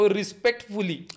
respectfully